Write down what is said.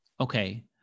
Okay